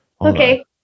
Okay